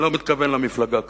אני לא מתכוון למפלגה קדימה,